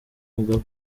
mugabo